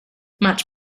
much